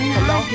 Hello